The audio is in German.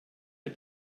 der